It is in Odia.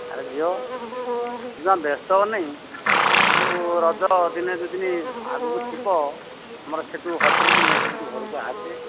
ଆରେ ଝିଅ ତୁ ଜମା ବ୍ୟସ୍ତ ହନି ତୁ ରଜ ଦିନେ ଦୁଇ ଦିନ ଆଗକୁ ଥିବ ତୁମର ସେଇଠୁ ହୋଷ୍ଟେଲ୍ରୁ ମେସ୍ରୁ ତୁ ଘରକୁ ଆସେ